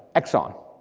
exxon